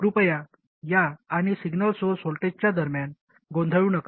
कृपया या आणि सिग्नल सोर्स व्होल्टेजच्या दरम्यान गोंधळू नका